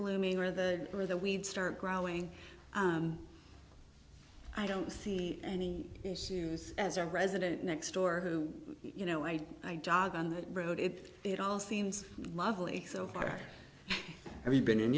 blooming or the or the weed start growing i don't see any issues as a resident next door who you know i i jog on the road if it all seems lovely so far and we've been in